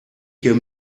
hier